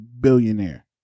billionaire